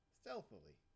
stealthily